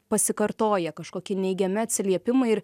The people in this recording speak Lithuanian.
pasikartoja kažkokie neigiami atsiliepimai ir